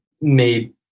made